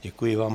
Děkuji vám.